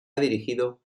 dirigido